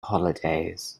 holidays